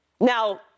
Now